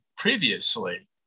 Previously